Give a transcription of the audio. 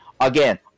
Again